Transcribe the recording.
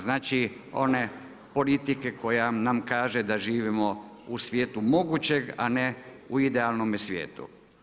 Znači one politike koja nam kaže da živimo u svijetu mogućeg, a ne u idealnome svijetu.